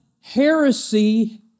heresy